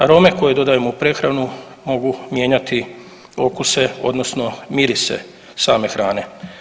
Arome koje dodajemo u prehranu mogu mijenjati okuse odnosno mirise same hrane.